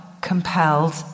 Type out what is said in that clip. compelled